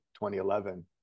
2011